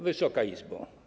Wysoka Izbo!